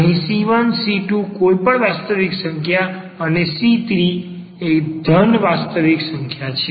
અહીં c1 c2 કોઈપણ વાસ્તવિક સંખ્યા અને c3 એ ઘન વાસ્તવિક સંખ્યા છે